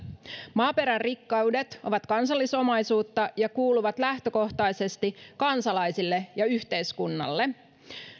maaperän rikkaudet ovat kansallisomaisuutta ja kuuluvat lähtökohtaisesti kansalaisille ja yhteiskunnalle